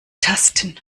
tasten